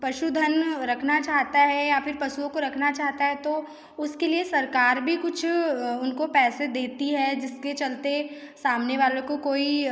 पशुधन रखना चाहता है या फिर पशुओं को रखना चाहता है तो उसके लिए सरकार भी कुछ उनको पैसे देती है जिसके चलते सामने वालों को कोई